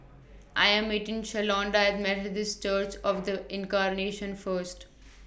I Am meeting Shalonda At Methodist Church of The Incarnation First